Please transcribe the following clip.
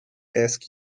ask